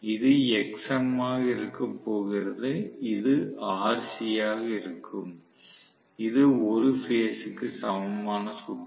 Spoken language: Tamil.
இது Xm ஆக இருக்க போகிறது இது Rcஆக இருக்கும் இது ஒரு பேஸ் க்கு சமமான சுற்று